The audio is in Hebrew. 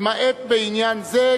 למעט בעניין זה,